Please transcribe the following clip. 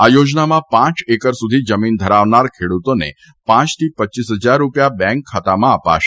આ યોજનામાં પાંચ એકર સુધી જમીન ધરાવનાર ખેડૂતોને પાંચથી રપ હજાર રૂપિયા બેંક ખાતામાં અપાશે